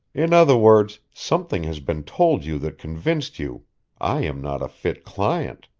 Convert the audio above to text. in other words, something has been told you that convinced you i am not a fit client.